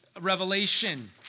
revelation